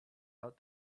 out